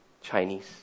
Chinese